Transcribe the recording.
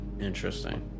Interesting